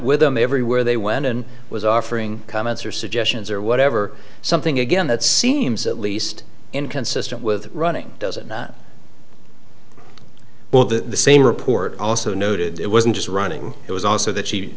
with them everywhere they went and was offering comments or suggestions or whatever something again that seems at least inconsistent with running doesn't that well the same report also noted it wasn't just running it was also that she